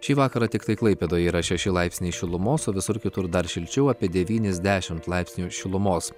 šį vakarą tiktai klaipėdoje yra šeši laipsniai šilumos o visur kitur dar šilčiau apie devynis dešimt laipsnių šilumos